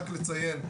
רק לציין,